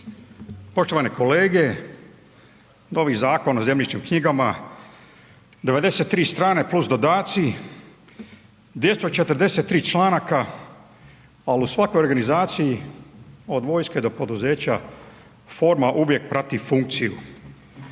Poštovani kolege. Novi Zakon o zemljišnim knjigama. 93 strane + dodaci. 243 članaka, a u svakoj organizaciji, od vojske do poduzeća forma uvijek prati funkciju.